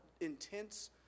intense